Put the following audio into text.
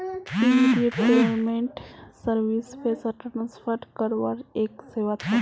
immediate payment service पैसा transfer करवार एक सेवा छ